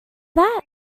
that